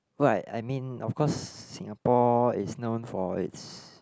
what I I mean of course Singapore is known for its